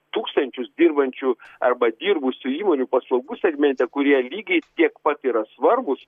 tūkstančius dirbančių arba dirbusių įmonių paslaugų segmente kurie lygiai tiek pat yra svarbūs